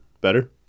better